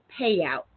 payout